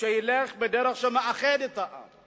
שילך בדרך שמאחדת את העם,